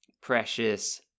precious